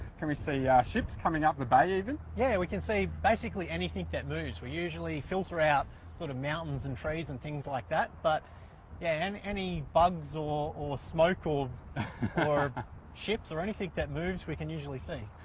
can we see yeah ships coming up the bay even? yeah, we can see basically anything that moves. we usually filter out sort of mountains and trees and things like that, but yeah and any bugs or or smoke or or ships or anything that moves we can usually see.